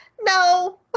no